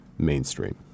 mainstream